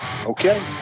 Okay